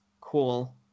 cool